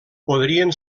podrien